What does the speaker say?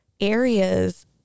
areas